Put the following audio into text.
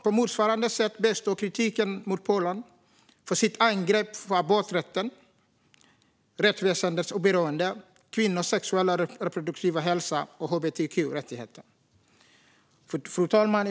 På motsvarande sätt består kritiken mot Polen för angreppen på aborträtten, rättsväsendets oberoende, kvinnors sexuella och reproduktiva hälsa och hbtq-rättigheter. Fru talman!